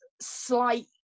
slight